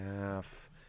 half